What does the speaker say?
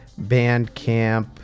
Bandcamp